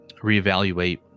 reevaluate